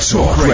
Talk